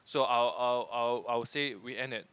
so I'll I'll I'll I'll say we end at